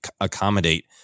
accommodate